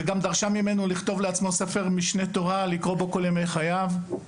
ודרשה ממנו לכתוב לעצמו ספר תורה שיוכל לקרוא בו כל ימי חייו.